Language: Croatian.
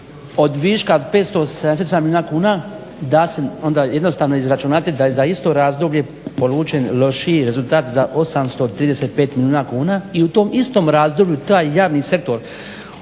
od viška 577 milijuna kuna, da onda jednostavno izračunate da je za isto razdoblje polučen lošiji rezultat za 835 milijuna kuna i u tom istom razdoblju taj javni sektor